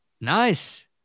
Nice